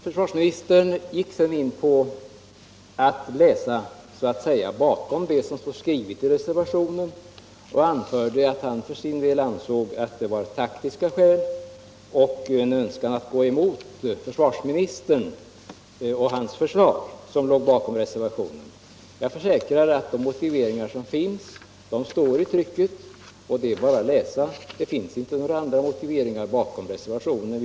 Försvarsministern gick sedan in på att så att säga läsa bakom det som står skrivet i reservationen och anförde, att han för sin del ansåg att taktiska skäl och en önskan att gå emot försvarsministern och hans förslag låg bakom reservationen. Jag försäkrar att de motiveringar som finns står i trycket. Det är bara att läsa dem. Det finns inga andra motiveringar bakom reservationen.